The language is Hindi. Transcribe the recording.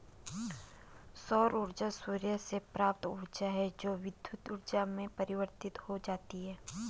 सौर ऊर्जा सूर्य से प्राप्त ऊर्जा है जो विद्युत ऊर्जा में परिवर्तित हो जाती है